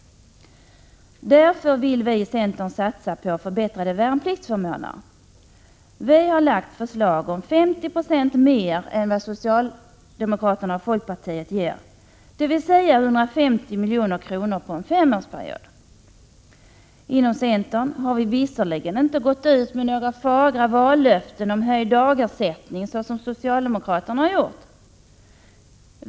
Därför vill vi inom centern satsa på förbättrade värnpliktsförmåner. Vi har lagt förslag om 50 96 mer än vad socialdemokraterna och folkpartiet ger, dvs. 150 milj.kr. under en femårsperiod. Inom centern har vi visserligen inte gått ut med några fagra vallöften om höjd dagersättning, som socialdemokraterna har gjort.